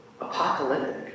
Apocalyptic